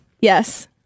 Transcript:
Yes